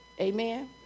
Amen